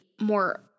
more